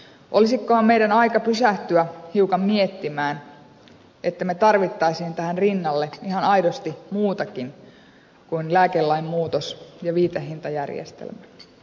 olisikohan meidän aika pysähtyä hiukan miettimään että tarvitsisimme tähän ihan aidosti muutakin kuin lääkelain muutoksen ja viitehintajärjestelmän